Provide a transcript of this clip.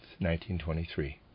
1923